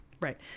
Right